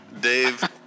Dave